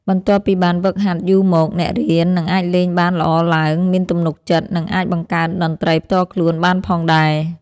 បន្ទាប់ពីបានហ្វឹកហាត់យូរមក អ្នករៀននឹងអាចលេងបានល្អឡើង មានទំនុកចិត្ត និងអាចបង្កើតតន្ត្រីផ្ទាល់ខ្លួនបានផងដែរ។